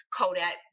Kodak